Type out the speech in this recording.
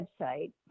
website